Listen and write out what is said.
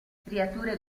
striature